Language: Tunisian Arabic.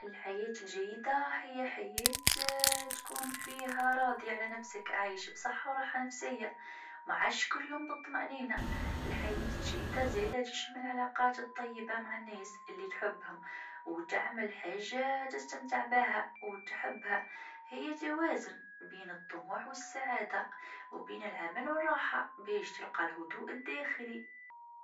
عيش حياة جيدة يعني الاستمتاع بكل لحظة، سواء كانت في العمل، العلاقات، أو الهوايات. هو التوازن بين الراحة النفسية والمادية. يعني زادة العيش في سلام مع النفس ومع الآخرين، والقدرة على تحقيق الأهداف والاحلام، مع الحفاظ على الصحة والسعادة.